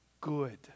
good